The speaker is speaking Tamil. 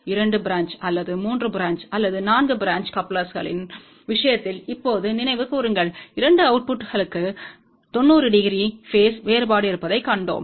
இரண்டு பிரான்ச் அல்லது 3 பிரான்ச் அல்லது நான்கு பிரான்ச் கப்ளர்கள்களின் விஷயத்தில் இப்போது நினைவு கூருங்கள் 2 அவுட்புட்களுக்கு 90 டிகிரி பேஸ் வேறுபாடு இருப்பதைக் கண்டோம்